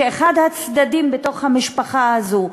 שאחד הצדדים בתוך המשפחה הזו,